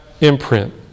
imprint